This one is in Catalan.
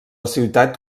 ciutat